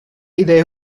idee